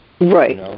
Right